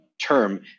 term